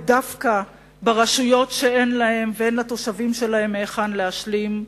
ודווקא ברשויות שאין להן ואין לתושבים שלהן מהיכן להשלים.